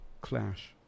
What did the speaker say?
clash